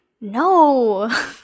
no